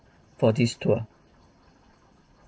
for this tour